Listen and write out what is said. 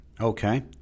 Okay